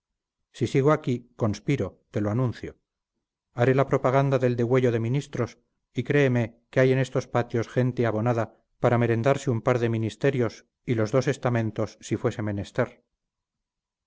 si sigo aquí conspiro te lo anuncio haré la propaganda del degüello de ministros y créeme que hay en esos patios gente abonada para merendarse un par de ministerios y los dos estamentos si fuese menester